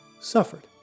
suffered